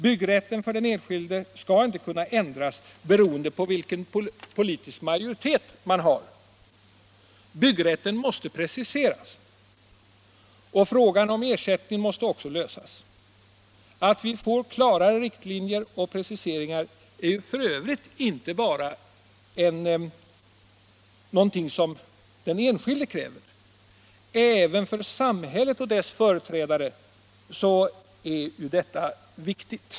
Byggrätten för den enskilde skall inte kunna ändras, beroende på vilken den politiska majoriteten är. Byggrätten måste preciseras, och frågan om ersättning måste också lösas. Att vi får klara riktlinjer och preciseringar är ju f. ö. inte bara någonting som den enskilde kräver — även för samhället och dess företrädare är detta viktigt.